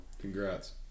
congrats